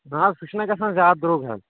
نہ حظ سُہ چھُ نہ گژھان زیادٕ درٛوٚگ حظ